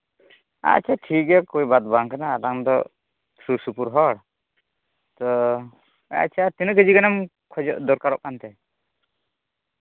ᱟᱪᱪᱷᱟ ᱴᱷᱤᱠᱜᱮᱭᱟ ᱠᱳᱭ ᱵᱟᱫᱽ ᱵᱟᱝ ᱠᱟᱱᱟ ᱟᱫᱚ ᱟᱢ ᱫᱚ ᱥᱩᱨᱼᱥᱩᱯᱩᱨ ᱦᱚᱲ ᱛᱚ ᱟᱪᱪᱷᱟ ᱛᱤᱱᱟᱹᱜ ᱠᱮᱡᱤ ᱜᱟᱱᱮᱢ ᱠᱷᱚᱡᱚᱜ ᱫᱚᱨᱠᱟᱨᱚᱜ ᱠᱟᱱᱛᱮ